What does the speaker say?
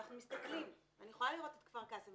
ואנחנו מסתכלים אני יכולה לראות את כפר קאסם,